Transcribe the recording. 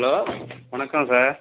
hello வணக்கம் sir